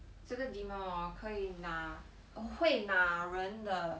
这个 demon hor 可以拿 eh 会拿人的